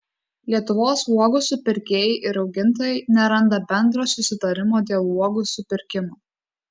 lietuvos uogų supirkėjai ir augintojai neranda bendro susitarimo dėl uogų supirkimo